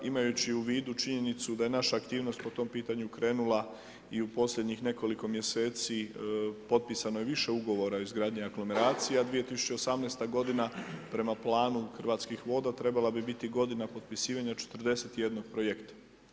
Imajući u vidu činjenicu da je naša aktivnost po tom pitanju krenula i u posljednjih nekoliko mjeseci potpisano je više ugovora o izgradnji aglomeracija, a 2018. godina prema planu Hrvatskih voda trebala bi biti godina potpisivanja 41 projekta.